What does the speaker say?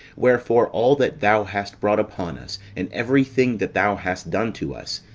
wherefore, all that thou hast brought upon us, and every thing that thou hast done to us,